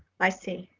i see.